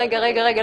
רגע, רגע.